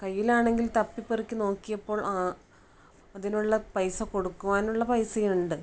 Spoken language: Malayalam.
കൈയിൽ ആണെങ്കിൽ തപ്പി പെറുക്കി നോക്കിയപ്പോൾ അതിനുള്ള പൈസ കൊടുക്കുവാനുള്ള പൈസ ഉണ്ട്